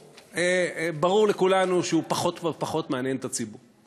ברור לכולנו שהוא פחות ופחות מעניין את הציבור.